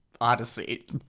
Odyssey